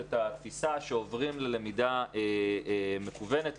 את התפיסה שעוברים ללמידה מקוונת,